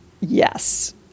yes